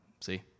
see